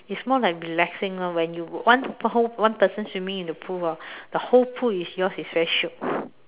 is more like relaxing lor when you one per whole one person swimming in the pool hor the whole pool is yours it's very shiok